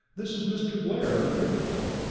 this is mr. blair, of trinity.